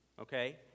Okay